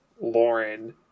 Lauren